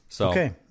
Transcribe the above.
Okay